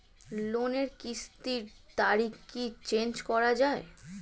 লোনের কিস্তির তারিখ কি চেঞ্জ করা যায়?